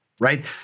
right